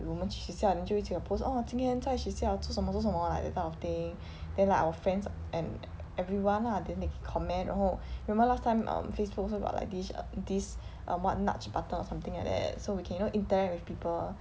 我们去学校你就会有 post oh 今天在学校做什么做什么 like that type of thing then like our friends and everyone lah then they can comment 然后 you remember last time um Facebook also got like this err this err what nudge button or something like that so we can you know interact with people